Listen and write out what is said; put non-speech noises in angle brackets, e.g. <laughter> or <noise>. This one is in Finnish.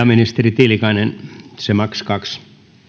<unintelligible> ministeri tiilikainen se maks kaksi